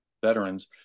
veterans